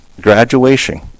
graduation